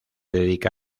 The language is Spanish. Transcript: dedica